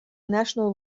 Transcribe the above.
national